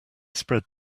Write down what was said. spread